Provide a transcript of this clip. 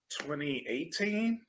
2018